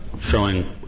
showing